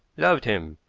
loved him.